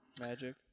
Magic